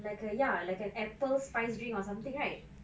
like a ya like an apples spice drink or something right